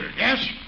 Yes